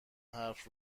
حرف